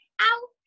ow